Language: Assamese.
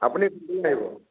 আপুনি আহিব